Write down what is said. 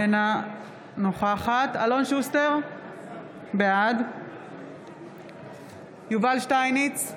אינה נוכחת אלון שוסטר, בעד יובל שטייניץ,